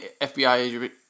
fbi